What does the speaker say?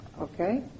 Okay